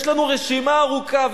יש לנו רשימה ארוכה,